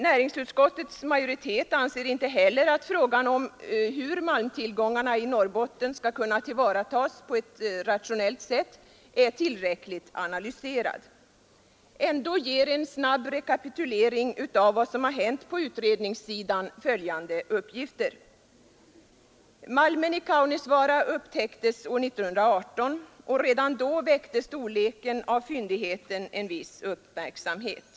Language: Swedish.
Näringsutskottets majoritet har heller inte ansett att frågan hur malmtillgångarna i Norrbotten skall kunna tillvaratas på ett rationellt sätt är tillräckligt analyserad. Ändå ger en snabb rekapitulering av vad som hänt på utredningssidan följande uppgifter: Malmen i Kaunisvaara upptäcktes 1918, och redan då väckte storleken av fyndigheten en viss uppmärksamhet.